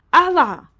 allah!